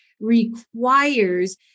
requires